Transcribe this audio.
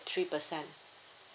three percent